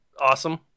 awesome